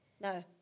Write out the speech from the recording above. No